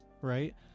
right